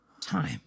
time